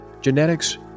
genetics